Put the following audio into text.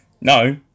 No